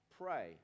pray